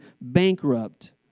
bankrupt